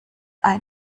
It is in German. ein